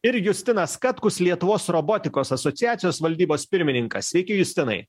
ir justinas katkus lietuvos robotikos asociacijos valdybos pirmininkas sveiki justinai